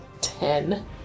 Ten